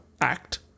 act